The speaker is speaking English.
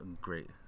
great